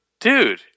dude